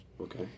Okay